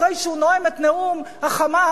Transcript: אחרי שהוא נואם את נאום ה"חמאס",